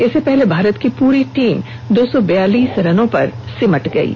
इससे पहले भारत की पूरी टीम दो बयालीस रनों पर सिमट गयी